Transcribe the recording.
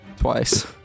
Twice